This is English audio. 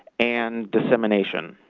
and dissemination.